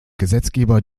gesetzgeber